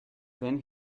then